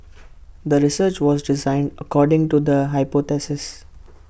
the research was designed according to the hypothesis